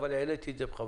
אבל העליתי את זה בכוונה,